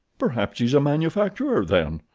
perhaps he's a manufacturer, then.